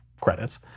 credits